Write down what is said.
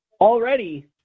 Already